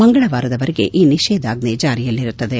ಮಂಗಳವಾರದವರೆಗೆ ಈ ನಿಷೇಧಾಜ್ಞೆ ಜಾರಿಯಲ್ಲಿರುತ್ತದೆ